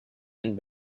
and